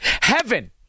Heaven